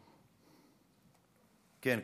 כן,